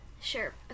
Sure